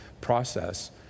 process